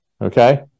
okay